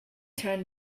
turn